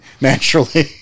naturally